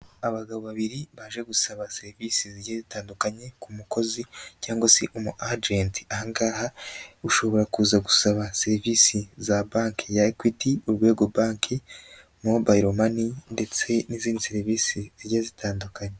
Abagabo babiri baje gusaba serivisi zigiye zitandukanye ku mukozi, cyangwa se umu ajenti ahangaha ushobora kuza gusaba serivisi za banki ya Equity, Urwego banki, Mobile money ndetse n'izindi serivisi zigiye zitandukanye.